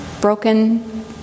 broken